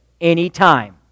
anytime